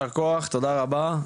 טבו, אז קודם כל ישר כוח ותודה רבה.